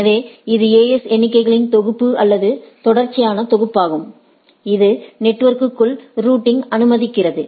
எனவே இது AS எண்களின் தொகுப்பு அல்லது தொடர்ச்சியான தொகுப்பாகும் இது நெட்வொர்க்ற்குள் ரூட்டிஙை அனுமதிக்கிறது